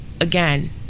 again